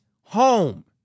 home